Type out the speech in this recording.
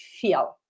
feel